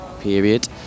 period